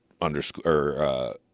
underscore